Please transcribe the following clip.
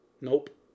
nope